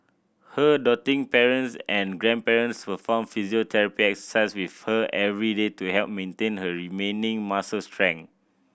her doting parents and grandparents perform physiotherapy exercise with her every day to help maintain her remaining muscle strength